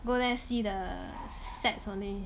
go there see the sets only